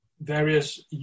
various